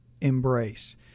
embrace